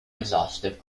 exhaustive